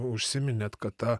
užsiminėt kad ta